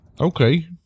Okay